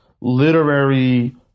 literary